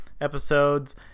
episodes